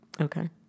Okay